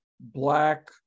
black